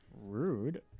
rude